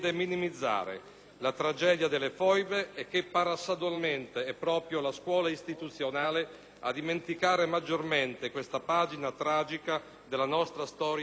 la tragedia delle foibe e che paradossalmente è proprio la scuola istituzionale a dimenticare maggiormente questa pagina tragica della nostra storia recente.